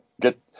get